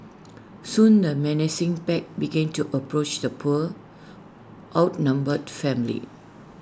soon the menacing pack began to approach the poor outnumbered family